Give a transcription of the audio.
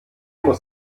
muss